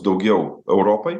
daugiau europai